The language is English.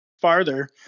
farther